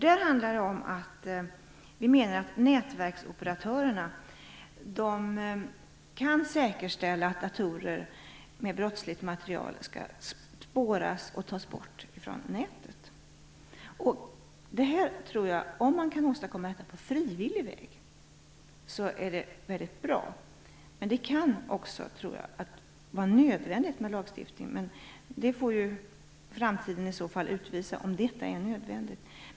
Det handlar där om att vi tror att nätverksoperatörerna kan säkerställa att datorer med brottsligt material spåras och tas bort från nätet. Om vi kan åstadkomma detta på frivillig väg är det väldigt bra. Det kan dock bli nödvändigt med lagstiftning, men det får i så fall framtiden utvisa.